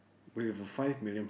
we have a five million